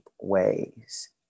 ways